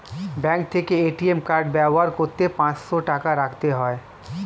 bank থেকে ATM card ব্যবহার করতে পাঁচশো টাকা রাখতে হয়